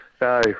no